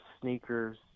sneakers